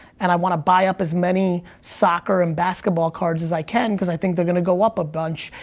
and i wanna buy up as many soccer and basketball cards as i can, cause i think they're gonna go up a bunch.